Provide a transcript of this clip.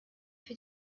für